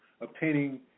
obtaining